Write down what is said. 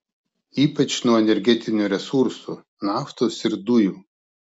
ypač nuo energetinių resursų naftos ir dujų